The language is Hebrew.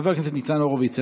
חבר הכנסת ניצן הורביץ,